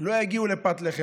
לא יגיעו לפת לחם.